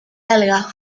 alga